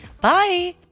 bye